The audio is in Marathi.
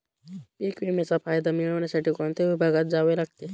पीक विम्याचा फायदा मिळविण्यासाठी कोणत्या विभागात जावे लागते?